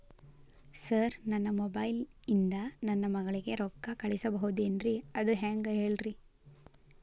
sir ನನ್ನ mobile ಇಂದ ನನ್ನ ಮಗಳಿಗೆ ರೊಕ್ಕಾ ಕಳಿಸಬಹುದೇನ್ರಿ ಅದು ಹೆಂಗ್ ಹೇಳ್ರಿ